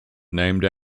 named